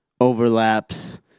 overlaps